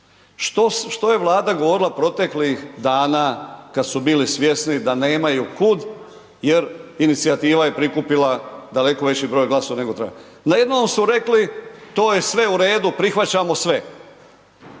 Što je Vlada govorila proteklih dana kad su bili svjesni da nemaju kud jer inicijativa je prikupila daleko veći broj glasova nego treba. Najednom su rekli, to je sve u redu, prihvaćamo sve.